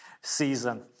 season